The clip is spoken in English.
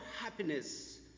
happiness